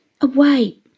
away